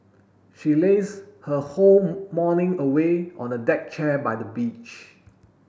she laze her whole morning away on a deck chair by the beach